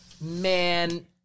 Man